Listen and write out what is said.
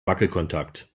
wackelkontakt